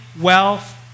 wealth